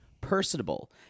personable